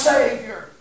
Savior